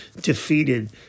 defeated